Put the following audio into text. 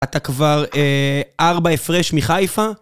אתה כבר ארבע הפרש מחיפה?